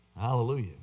hallelujah